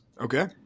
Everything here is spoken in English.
Okay